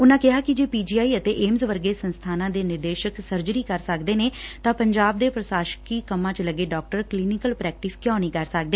ਉਨਾਂ ਕਿਹਾ ਕੈਂ ਜੇ ਪੀ ਜੀ ਆਈ ਅਤੇ ਏਮਜ਼ ਵਰੰਗੇ ਸੰਸਬਾਨਾਂ ਦੇ ਨਿਦੇਸ਼ਕ ਸਰਜਰੀ ਕਰ ਸਕਦੇ ਨੇ ਤਾਂ ਪੰਜਾਬ ਦੇ ਪ੍ਸਾਸਕੀ ਕੰਮਾਂ ਚ ਲੱਗੇ ਡਾਕਟਰ ਕਲੀਨੀਕ ਪ੍ੈਕਟਿਸ ਕਿਉਂ ਨੀ ਕਰ ਸਕਦੇ